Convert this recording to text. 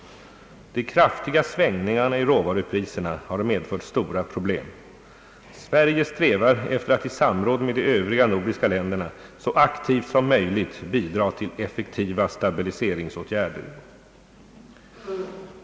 De kraftiga svängningarna i råvarupriserna har medfört stora problem. Sverige strävar efter att i samråd med de övriga nordiska länderna så aktivt som möjligt bidra till effektiva stabiliseringsåtgärder.